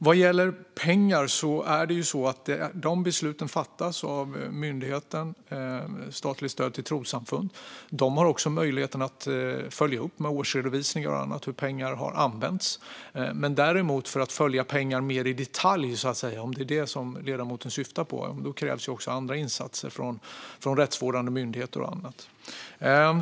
Vad gäller pengarna tas dessa beslut av Myndigheten för stöd till trossamfund, som också har möjlighet att följa upp i årsredovisningar och annat hur pengarna har använts. Men för att följa pengar mer i detalj, om ledamoten syftar på det, krävs andra insatser från bland andra rättsvårdande myndigheter.